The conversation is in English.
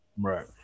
Right